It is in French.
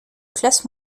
classe